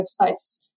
websites